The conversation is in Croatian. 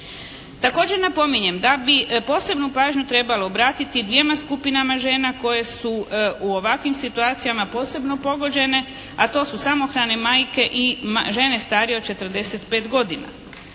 Također napominjem da bi posebnu pažnju trebalo obratiti dvjema skupinama žena koje su u ovakvim situacijama posebno pogođene a to su samohrane majke i žene starije od 45 godina.